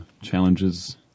challenges